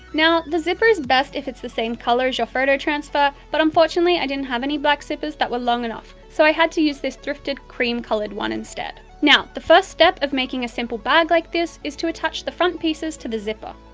now, the zipper is best if it's the same colour as your photo transfer, but unfortunately i didn't have any black zippers that were long enough so i had to use this thrifted cream-coloured one instead. now, the first step of making a simple bag like this is to attach the front pieces to the zipper.